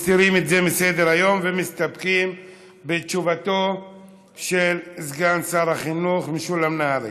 מסדר-היום ומסתפקים בתשובתו של סגן שר החינוך משולם נהרי.